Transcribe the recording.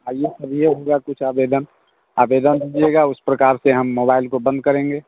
आइए आइए होगा कुछ आवेदन आवेदन दीजिएगा उस प्रकार से हम मोबाईल को बंद करेंगे